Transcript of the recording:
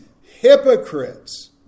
hypocrites